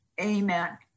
Amen